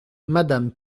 madame